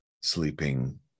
sleeping